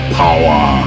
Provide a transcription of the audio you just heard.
power